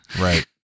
Right